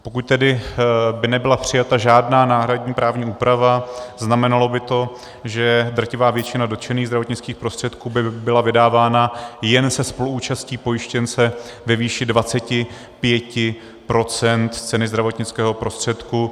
Pokud tedy by nebyla přijata žádná náhradní právní úprava, znamenalo by to, že drtivá většina dotčených zdravotnických prostředků by byla vydávána jen se spoluúčastí pojištěnce ve výši 25 % z ceny zdravotnického prostředku.